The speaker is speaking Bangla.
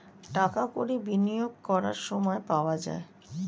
টাকা কড়ি বিনিয়োগ করার সময় পাওয়া যায়